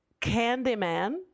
Candyman